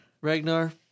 Ragnar